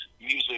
music